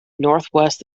northwest